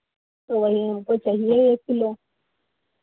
तो वही हमको चाहिए एक किलो